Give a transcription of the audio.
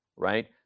right